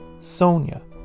Sonia